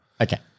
Okay